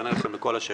יענה לכם על כל השאלות.